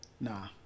Nah